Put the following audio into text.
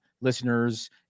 listeners